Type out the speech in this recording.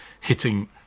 hitting